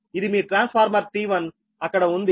ఇది మీ transformer T1 అక్కడ ఉంది అది వచ్చి 110 MVA